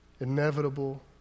inevitable